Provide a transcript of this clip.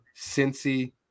Cincy